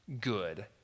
good